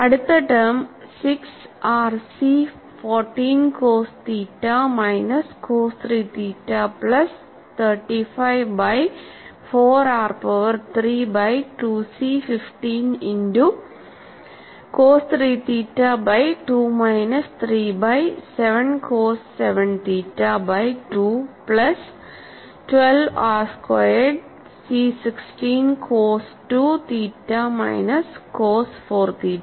അടുത്ത term 6 R C 14 cos theta minus cos 3 theta plus 35 by 4 R power 3 by 2 C 15 into cos 3 theta by 2 minus 3 by 7 cos 7 theta by 2 plus 12 R squared C 16 cos 2 theta minus cos 4 theta